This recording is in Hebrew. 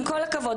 עם כל הכבוד,